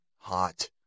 hot